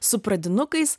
su pradinukais